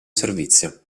servizio